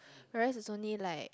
whereas it's only like